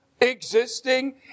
existing